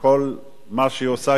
שכל מה שהיא עושה,